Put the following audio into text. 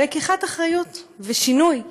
לקיחת אחריות ושינוי.